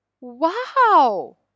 wow